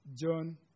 John